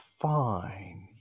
fine